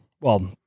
well-